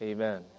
Amen